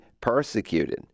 persecuted